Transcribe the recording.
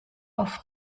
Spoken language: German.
auf